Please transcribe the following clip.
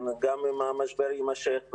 גם אם המשבר יימשך,